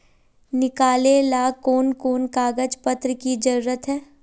निकाले ला कोन कोन कागज पत्र की जरूरत है?